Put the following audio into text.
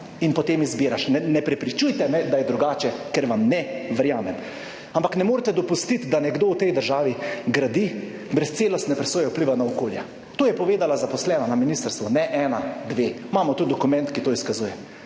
in potem izbiraš. Ne prepričujte me, da je drugače, ker vam ne verjamem. Ampak ne morete dopustiti, da nekdo v tej državi gradi brez celostne presoje vpliva na okolje. To je povedala zaposlena na ministrstvu, ne ena, dve. Imamo tudi dokument, ki to izkazuje.